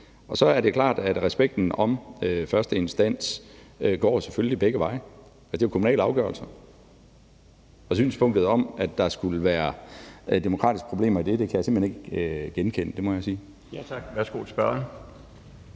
Så er det klart, at respekten for første instans selvfølgelig går begge veje. Det er kommunale afgørelser. Og at der skulle være demokratiske problemer i det, kan jeg simpelt hen ikke genkende.